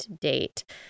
date